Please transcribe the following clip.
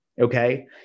okay